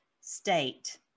state